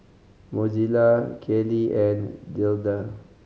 Mozella Kylie and Gerda